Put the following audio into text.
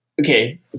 Okay